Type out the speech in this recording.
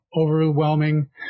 overwhelming